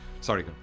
Sorry